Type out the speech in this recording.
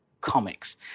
comics